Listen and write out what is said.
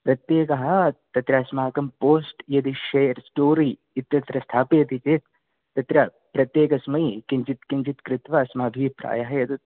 प्रत्येकः तत्र अस्माकं पोस्ट् यदि षेयर् स्टोरी इत्यत्र स्थापयति चेत् तत्र प्रत्येकस्मै किञ्चित् किञ्चित् कृत्वा अस्माभिः प्रायः यद्